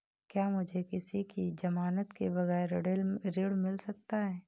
क्या मुझे किसी की ज़मानत के बगैर ऋण मिल सकता है?